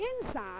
inside